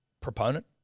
Proponent